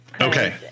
Okay